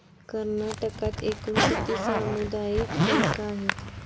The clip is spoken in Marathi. कर्नाटकात एकूण किती सामुदायिक बँका आहेत?